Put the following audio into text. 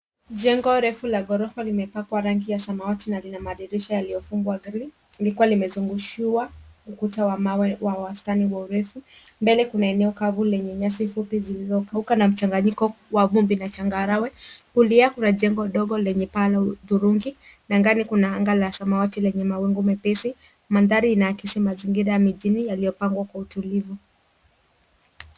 Jengo refu la ghorofa limepakwa rangi ya samawati na lina madirisha yaliyofungwa grill , likiwa limezungushiwa, ukuta wa mawe wa wastani wa urefu. Mbele kuna eneo kavu lenye nyasi fupi zilizokauka na mchanganyiko wa vumbi na changarawe. Kulia kuna jengo dogo lenye paa la hudhurungi na angani kuna anga la samawati lenye mawingu mepesi. Mandhari inaakisi mazingira ya mijini yaliyopangwa kwa utulivu.